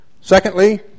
Secondly